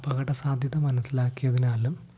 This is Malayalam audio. അപകട സാധ്യത മനസ്സിലാക്കിയതിനാലും